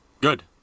Good